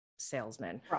salesman